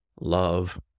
love